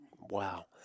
Wow